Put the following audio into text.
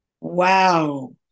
Wow